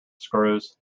screws